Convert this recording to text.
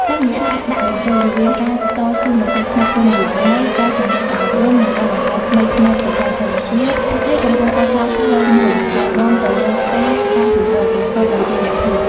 តាមរយៈការដាក់បញ្ចូលរវាងការតស៊ូមតិផ្នែកគោលនយោបាយ ការជំរុញការអប់រំ និងការបង្កើតថ្មីផ្នែកបច្ចេកវិទ្យា ពួកគេកំពុងកសាងផ្លូវមួយដែលនាំទៅរកការអភិវឌ្ឍប្រកបដោយចីរភាព។